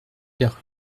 père